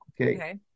Okay